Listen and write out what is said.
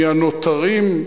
מהנותרים,